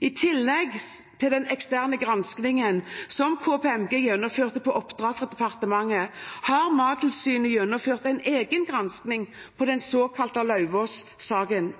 I tillegg til den eksterne granskingen som KPMG gjennomførte på oppdrag fra departementet, har Mattilsynet gjennomført en egen gransking av den såkalte Lauvås-saken.